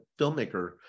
filmmaker